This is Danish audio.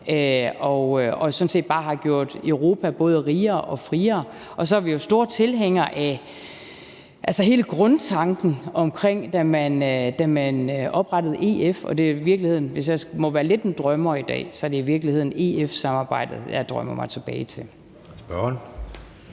og sådan set bare har gjort Europa både rigere og friere. Og så er vi jo store tilhængere af hele grundtanken omkring oprettelsen af EF, og hvis jeg må være lidt en drømmer i dag, er det i virkeligheden EF-samarbejdet, jeg drømmer mig tilbage til.